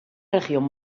región